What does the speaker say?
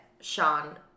Sean